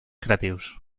creatius